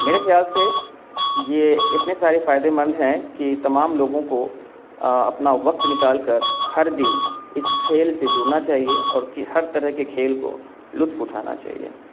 میرے خیال سے یہ اتنے سارے فائدےمند ہیں کہ تمام لوگوں کو اپنا وقت نکال کر ہر دن اس کھیل سے جڑنا چاہیے اور کے ہر طرح کے کھیل کو لطف اٹھانا چاہیے